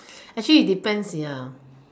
actually it depends ya